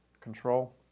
control